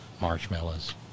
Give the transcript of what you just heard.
marshmallows